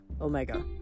Omega